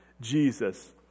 Jesus